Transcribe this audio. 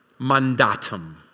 mandatum